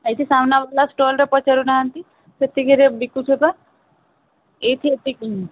ଏଇଠି ସାମ୍ନାବାଲା ଷ୍ଟଲ୍ରେ ପଚାରୁନାହାନ୍ତି ସେତିକିରେ ବିକୁଛୁ ଏଇଠି ଏତିକି ହିଁ